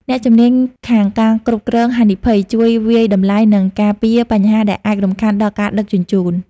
អ្នកជំនាញខាងការគ្រប់គ្រងហានិភ័យ ជួយវាយតម្លៃ និងការពារបញ្ហាដែលអាចរំខានដល់ការដឹកជញ្ជូន។